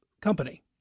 company